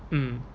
mm